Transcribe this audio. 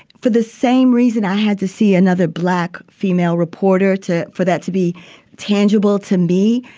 for the same reason i had to see another black female reporter to for that to be tangible to me,